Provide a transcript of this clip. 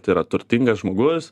tai yra turtingas žmogus